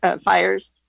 fires